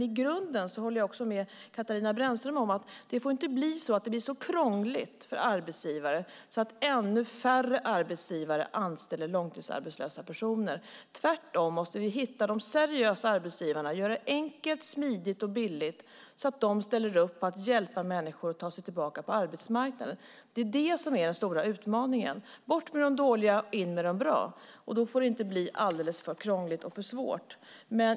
I grunden håller jag dock också med Katarina Brännström om att det inte får bli så krångligt för arbetsgivare så att ännu färre arbetsgivare anställer långtidsarbetslösa personer. Tvärtom måste vi hitta de seriösa arbetsgivarna och göra det enkelt smidigt och billigt för dem att ställa upp och hjälpa människor att ta sig tillbaka till arbetsmarknaden. Det är det som är den stora utmaningen. Bort med de dåliga och in med de bra! Då får det inte bli alldeles för krångligt och svårt.